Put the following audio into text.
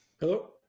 Hello